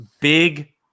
big